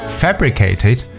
fabricated